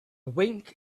wink